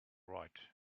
right